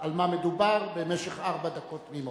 על מה מדובר במשך ארבע דקות תמימות.